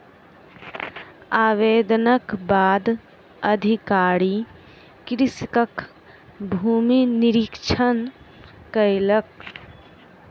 आवेदनक बाद अधिकारी कृषकक भूमि निरिक्षण कयलक